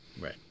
Right